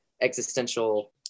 existential